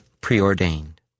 preordained